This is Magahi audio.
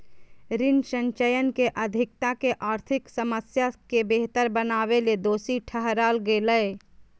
ऋण संचयन के अधिकता के आर्थिक समस्या के बेहतर बनावेले दोषी ठहराल गेलय